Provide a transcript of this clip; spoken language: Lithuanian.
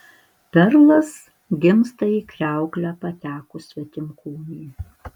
perlas gimsta į kriauklę patekus svetimkūniui